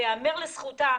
וזה ייאמר לזכותה.